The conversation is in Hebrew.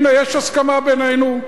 הנה, יש הסכמה בינינו.